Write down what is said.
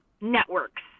networks